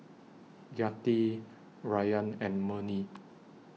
Yati Rayyan and Murni